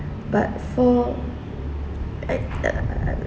but for I uh